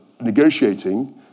negotiating